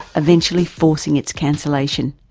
eventually forcing its cancellation.